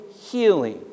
healing